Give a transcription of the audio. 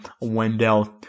Wendell